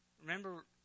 remember